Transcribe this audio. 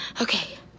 Okay